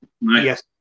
Yes